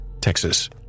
Texas